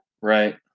Right